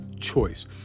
choice